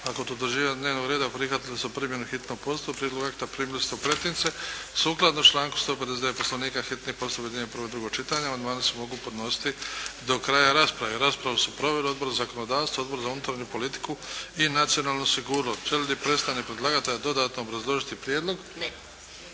kod utvrđivanja dnevnog reda prihvatili smo primjenu hitnog postupka. Prijedlog akta primili ste u pretince. Sukladno članku 159. poslovnika hitni postupak objedinjuje prvo i drugo čitanje. Amandmani se mogu podnositi do kraja rasprave. Raspravu su proveli Odbor za zakonodavstvo, Odbor za unutarnju politiku i nacionalnu sigurnost. Želi li predstavnik predlagatelja dodatno obrazložiti prijedlog? Ne.